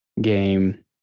game